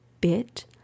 bit